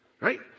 Right